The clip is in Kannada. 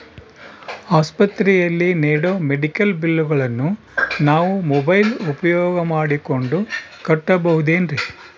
ಆಸ್ಪತ್ರೆಯಲ್ಲಿ ನೇಡೋ ಮೆಡಿಕಲ್ ಬಿಲ್ಲುಗಳನ್ನು ನಾವು ಮೋಬ್ಯೆಲ್ ಉಪಯೋಗ ಮಾಡಿಕೊಂಡು ಕಟ್ಟಬಹುದೇನ್ರಿ?